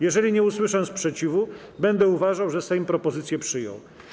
Jeżeli nie usłyszę sprzeciwu, będę uważał, że Sejm propozycję przyjął.